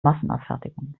massenabfertigung